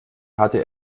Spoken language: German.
hatte